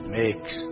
makes